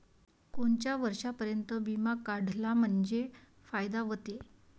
कोनच्या वर्षापर्यंत बिमा काढला म्हंजे फायदा व्हते?